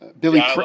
Billy